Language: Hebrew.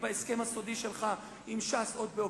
בהסכם הסודי שלך עם ש"ס עוד באוקטובר.